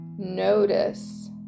notice